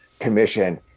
commission